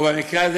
או במקרה הזה